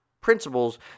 principles